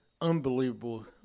unbelievable